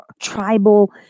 tribal